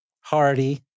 Hardy